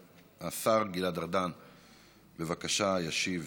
השר גלעד ארדן, בבקשה, ישיב